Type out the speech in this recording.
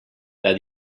that